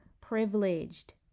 privileged